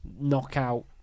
knockout